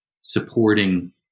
supporting